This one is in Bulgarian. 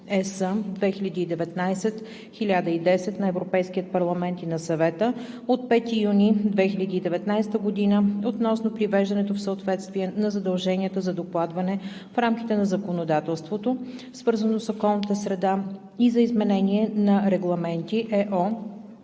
(ЕС) 2019/1010 на Европейския парламент и на Съвета от 5 юни 2019 година относно привеждането в съответствие на задълженията за докладване в рамките на законодателството, свързано с околната среда, и за изменение на регламенти (ЕО)